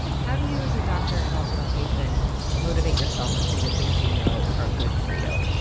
how do you, as a doctor and also a patient motivate yourself to do the things you know are good for you?